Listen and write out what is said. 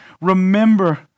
remember